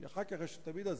כי אחר כך יש תמיד עזיבה.